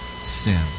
sin